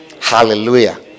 Hallelujah